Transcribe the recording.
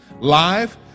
live